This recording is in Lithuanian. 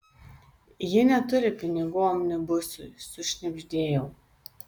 ji neturi pinigų omnibusui sušnabždėjau